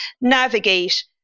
navigate